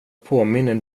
påminner